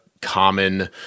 common